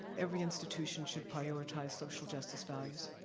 every institution should prioritize social justice values.